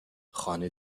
خانه